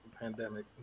pandemic